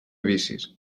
vicis